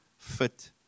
fit